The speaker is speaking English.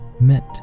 meant